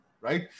right